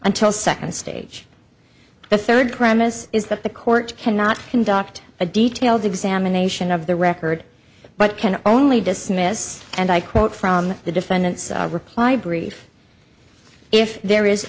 until second stage the third premise is that the court cannot conduct a detailed examination of the record but can only dismiss and i quote from the defendant's reply brief if there is